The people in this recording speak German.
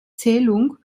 zählung